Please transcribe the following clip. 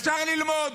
אפשר ללמוד,